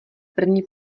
první